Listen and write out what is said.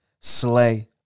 Slay